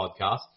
podcast